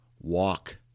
walk